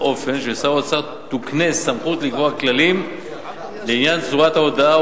באופן שלשר האוצר תוקנה סמכות לקבוע כללים לעניין צורת ההודעה,